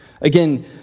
Again